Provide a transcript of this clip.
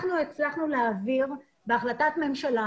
אנחנו הצלחנו להעביר בהחלטת ממשלה